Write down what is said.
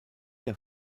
der